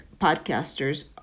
podcasters